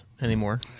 anymore